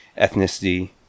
ethnicity